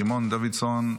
סימון דוידסון,